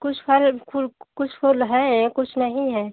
कुछ फल कुछ फूल है कुछ नही है